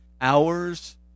Hours